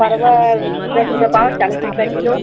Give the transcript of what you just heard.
परवल दस रुपए पाव चालीस रुपया कीलो